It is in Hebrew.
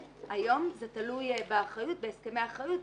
זה תלוי בהסכמי אחריות.